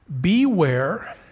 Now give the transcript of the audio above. Beware